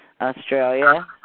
Australia